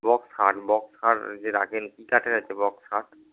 box খাট box খাট যে রাখেন কী কাঠের আছে বক্স খাট